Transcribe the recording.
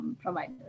providers